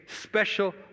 special